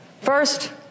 First